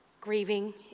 grieving